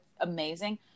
amazing